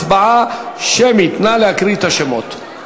הצעת חוק סל קליטה (תיקון,